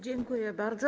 Dziękuję bardzo.